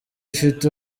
ifite